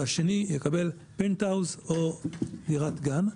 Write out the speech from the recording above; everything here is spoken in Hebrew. והשני יקבל פנטהאוז או דירת גן.